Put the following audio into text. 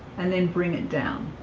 and then bring it down